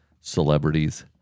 celebrities